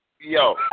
Yo